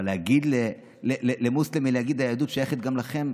אבל להגיד למוסלמי: היהדות שייכת גם לכם,